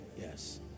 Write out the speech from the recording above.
yes